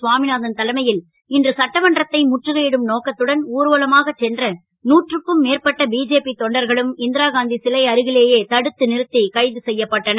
சுவாமிநாதன் தலைமை ல் இன்று சட்டமன்றத்தை முற்றுகை டும் நோக்கத்துடன் ஊர்வலமாகச் சென்ற நூற்றுக்கும் மேற்பட்ட பிஜேபி தொண்டர்களும் இந் ராகாந் சிலை அருகிலேயே தடுத்து றுத் கைது செ யப்பட்டனர்